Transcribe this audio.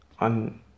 On